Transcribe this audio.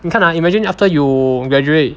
你看 ah imagine after you graduate